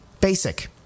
Basic